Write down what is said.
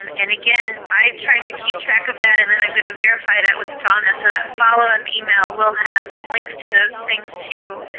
um and again, i tried to keep track of that and then i'm going to verify that with donna. so that follow up email will have links to those things too.